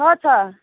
छ छ